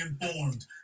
informed